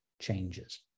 changes